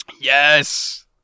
Yes